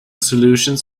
solutions